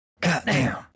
Goddamn